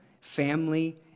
family